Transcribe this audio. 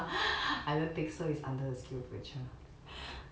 I don't think so it's under the skillsfuture